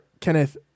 Kenneth